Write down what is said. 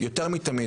עכשיו יותר מתמיד,